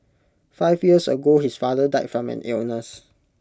five years ago his father died from an illness